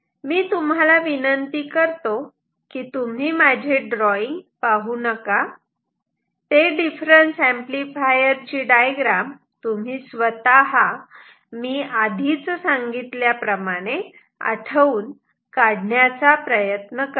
मी तुम्हाला विनंती करतो की तुम्ही माझे ड्रॉईंग पाहू नका ते डिफरन्स एम्पलीफायर तुम्ही स्वतः मी आधीच सांगितल्याप्रमाणे आठवून काढण्याचा प्रयत्न करा